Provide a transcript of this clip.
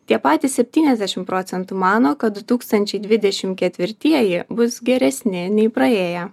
tie patys septyniasdešimt procentų mano kad du tūkstančiai dvidešimt ketvirtieji bus geresni nei praėję